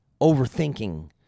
overthinking